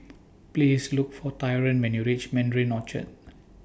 Please Look For Tyron when YOU REACH Mandarin Orchard